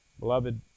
Beloved